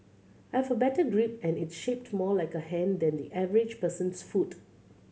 I've a better grip and it's shaped more like a hand than the average person's foot